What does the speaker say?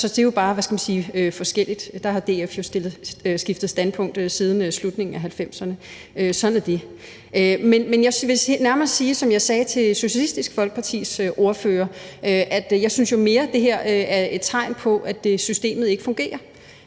Så det er bare forskelligt, og der har DF jo selvfølgelig skiftet standpunkt siden slutningen af 1990'erne. Sådan er det. Men jeg vil nærmere sige, som jeg sagde til Socialistisk Folkepartis ordfører, at jeg mere synes, at det her er et tegn på, at systemet ikke fungerer.